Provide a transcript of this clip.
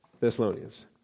Thessalonians